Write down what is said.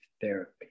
therapy